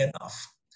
enough